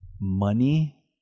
money